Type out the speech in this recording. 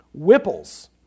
whipples